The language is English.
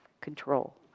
control